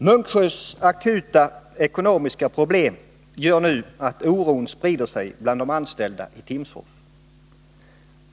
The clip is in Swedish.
Munksjös akuta ekonomiska problem gör att oron sprider sig bland de anställda i Timsfors.